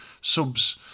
subs